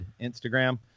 instagram